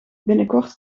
binnenkort